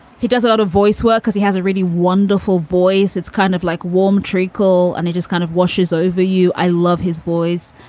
he does a lot of voice work because he has a really wonderful voice. it's kind of like warm treacle and it just kind of washes over you. i love his voice.